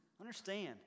understand